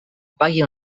pague